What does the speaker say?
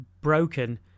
broken